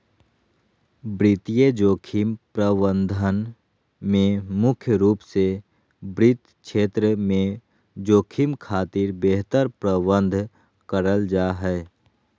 वित्तीय जोखिम प्रबंधन में मुख्य रूप से वित्त क्षेत्र में जोखिम खातिर बेहतर प्रबंध करल जा हय